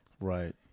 Right